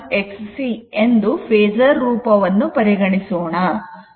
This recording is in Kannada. j ಎಂದು ಫೇಸರ್ ರೂಪವನ್ನು ಪರಿಗಣಿಸೋಣ